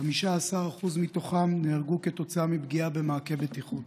15% מתוכם נהרגו כתוצאה מפגיעה במעקה בטיחות.